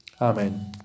Amen